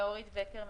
אני אורית בקר,